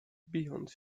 bijąc